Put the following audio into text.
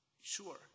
sure